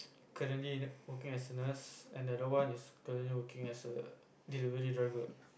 currently working as a nurse and the other one is currently working as a delivery driver